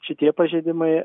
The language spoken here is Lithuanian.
šitie pažeidimai